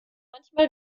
manchmal